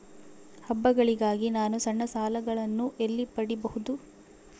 ಹಬ್ಬಗಳಿಗಾಗಿ ನಾನು ಸಣ್ಣ ಸಾಲಗಳನ್ನು ಎಲ್ಲಿ ಪಡಿಬಹುದು?